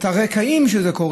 מהרקע של זה,